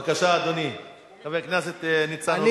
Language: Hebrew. בבקשה, אדוני, חבר הכנסת ניצן הורוביץ.